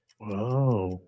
Wow